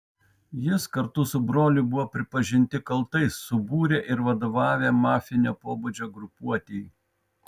jis kartu su broliu buvo pripažinti kaltais subūrę ir vadovavę mafinio pobūdžio grupuotei